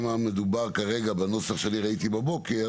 בנוסח שאני ראיתי בבוקר